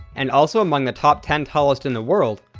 and also among the top ten tallest in the world,